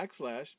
backslash